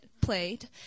played